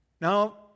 Now